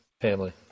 family